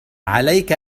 عليك